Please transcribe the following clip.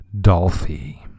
Dolphy